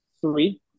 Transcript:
three